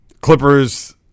Clippers